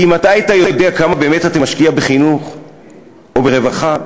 כי אם אתה יודע כמה באמת אתה משקיע בחינוך או ברווחה,